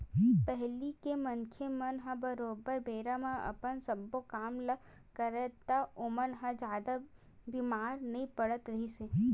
पहिली के मनखे मन ह बरोबर बेरा म अपन सब्बो काम ल करय ता ओमन ह जादा बीमार नइ पड़त रिहिस हे